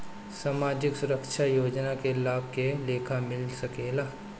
सामाजिक सुरक्षा योजना के लाभ के लेखा मिल सके ला?